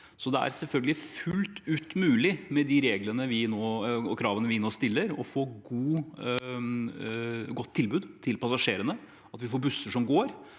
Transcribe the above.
Det er selvfølgelig fullt ut mulig med de reglene og kravene vi nå stiller, å få et godt tilbud til passasjerene – at vi får busser som går.